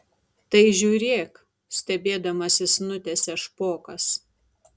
tai žiūrėk stebėdamasis nutęsia špokas